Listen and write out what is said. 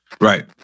Right